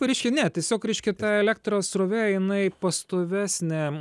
reiškia ne tiesiog reiškia ta elektros srovė jinai pastovesnė